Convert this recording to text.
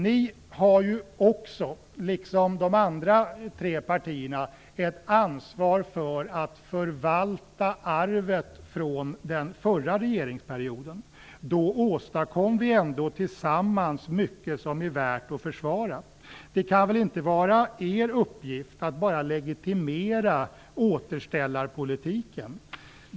Ni har också, liksom de andra tre partierna, ett ansvar för att förvalta arvet från den förra regeringsperioden. Då åstadkom vi ändå tillsammans mycket som är värt att försvara. Det kan väl inte vara er uppgift att bara legitimera återställarpolitiken.